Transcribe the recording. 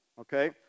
Okay